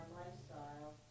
lifestyle